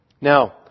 Now